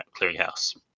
Clearinghouse